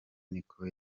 niko